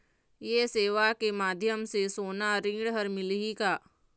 ये सेवा के माध्यम से सोना ऋण हर मिलही का?